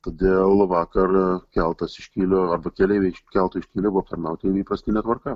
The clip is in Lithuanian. todėl vakar keltas iš kylio arba keleiviai iš kelto iš kylio buvo aptarnauti įprastine tvarka